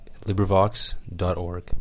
LibriVox.org